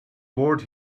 board